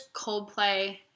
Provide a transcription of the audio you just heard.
Coldplay